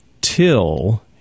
till –